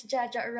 Jaja